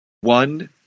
one